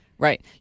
Right